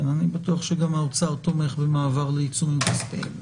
אני בטוח שגם האוצר תומך במעבר לעיצומים כספיים.